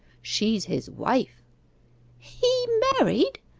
she's his wife he married!